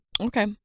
Okay